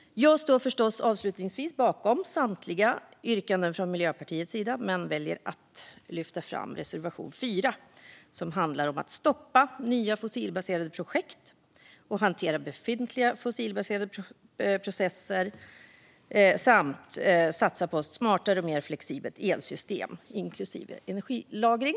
Avslutningsvis - jag står förstås bakom samtliga yrkanden från Miljöpartiet. Men jag väljer att endast lyfta fram reservation 4, som handlar om att stoppa nya fossilbaserade projekt, hantera befintliga fossilbaserade processer samt satsa på ett smartare och mer flexibelt elsystem, inklusive energilagring.